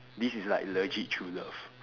this is like legit true love